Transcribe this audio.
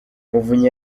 muvunyi